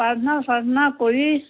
প্ৰাথনা চাৰ্থনা কৰি